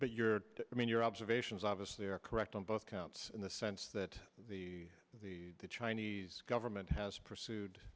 but your i mean your observations obviously are correct on both counts in the sense that the the the chinese government has pursued